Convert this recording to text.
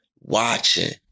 watching